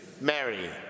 Mary